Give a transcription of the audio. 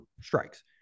strikes